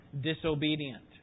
disobedient